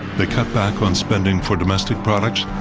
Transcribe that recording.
they cut back on spending for domestic products.